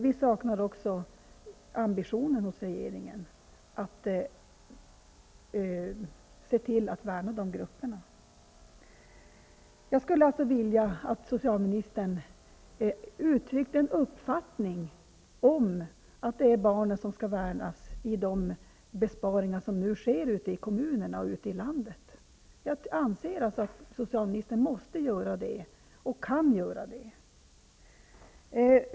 Vi saknar också hos regeringen ambitionen att värna dessa grupper. Jag skulle vilja att socialministern uttryckte en uppfattning om att det är barnen som skall värnas när det nu sker besparingar ute i kommunerna och ute i landet. Jag anser att socialministern måste göra det och kan göra det.